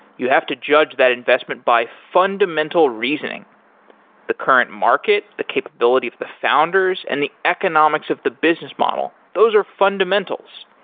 you have to judge that investment by fundamental reasoning the current market, the capability of the founders and the economics of the business model. those are fundamentals.